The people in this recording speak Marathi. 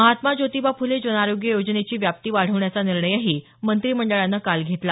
महात्मा जोतिबा फुले जनआरोग्य योजनेची व्याप्ती वाढवण्याचा निर्णयही मंत्रिमंडळानं काल घेतला